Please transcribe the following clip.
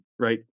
right